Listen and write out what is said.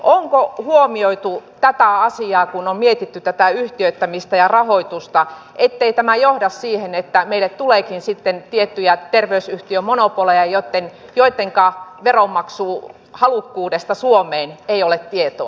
onko huomioitu tätä asiaa kun on mietitty tätä yhtiöittämistä ja rahoitusta ettei tämä johda siihen että meille tuleekin sitten tiettyjä terveysyhtiömonopoleja joittenka veronmaksuhalukkuudesta suomeen ei ole tietoa